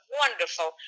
wonderful